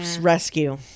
rescue